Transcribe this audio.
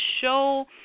show